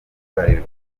bralirwa